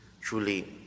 truly